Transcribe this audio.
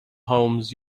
homes